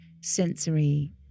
Sensory